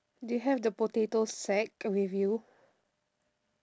do you have the potato sack with you